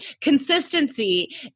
consistency